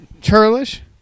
Churlish